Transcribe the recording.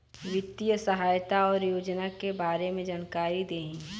वित्तीय सहायता और योजना के बारे में जानकारी देही?